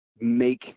make